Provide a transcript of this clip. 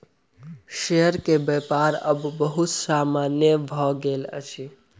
share के व्यापार आब बहुत सामान्य भ गेल अछि